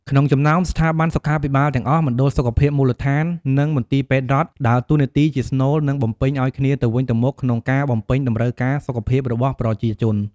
ក្នុងចំណោមស្ថាប័នសុខាភិបាលទាំងអស់ មណ្ឌលសុខភាពមូលដ្ឋាន និងមន្ទីរពេទ្យរដ្ឋ ដើរតួនាទីជាស្នូល និងបំពេញឱ្យគ្នាទៅវិញទៅមកក្នុងការបំពេញតម្រូវការសុខភាពរបស់ប្រជាជន។